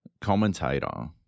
commentator